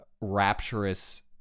rapturous